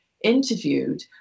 interviewed